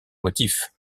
motif